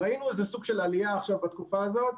ראינו סוג של עלייה בתקופה הזאת,